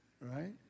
right